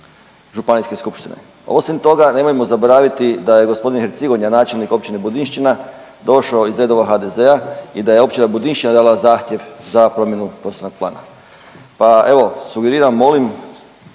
županijske skupštine. Osim toga nemojmo zaboraviti da je g. Hercigonja načelnik Općine Budinšćina došao iz redova HDZ-a i da je Općina Budinšćina dala zahtjev za promjenu prostornog plana, pa evo sugeriram, molim